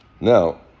Now